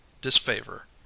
disfavor